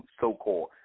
so-called